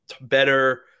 better –